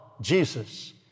Jesus